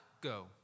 go